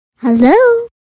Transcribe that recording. Hello